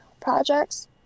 projects